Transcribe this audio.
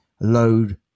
load